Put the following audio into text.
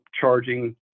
charging